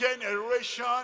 generation